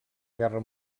guerra